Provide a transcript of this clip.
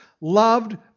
loved